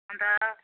अन्त